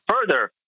further